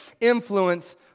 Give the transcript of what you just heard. influence